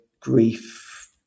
grief